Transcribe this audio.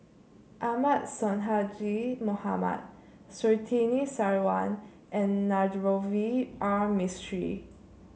Ahmad Sonhadji Mohamad Surtini Sarwan and Navroji R Mistri